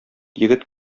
егет